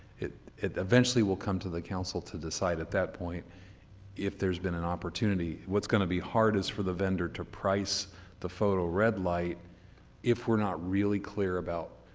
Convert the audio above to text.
it it eventually will come to the council to decide at that point if there's been an opportunity what is going to be hard for the vendor to price the photo red light if we're not really clear about